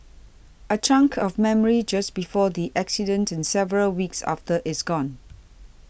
a chunk of memory just before the accident and several weeks after is gone